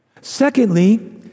Secondly